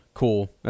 Cool